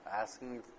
Asking